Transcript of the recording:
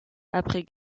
après